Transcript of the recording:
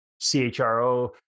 CHRO